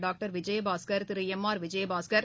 doctor Vijayabaskar Thiru M R Vijayabaskar